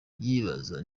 yibaza